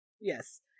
yes